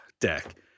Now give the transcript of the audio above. deck